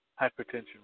hypertension